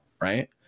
right